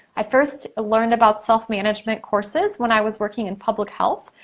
i first learned about self management courses when i was working in public health.